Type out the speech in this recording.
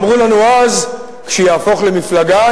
אמרו לנו: כשיהפוך למפלגה,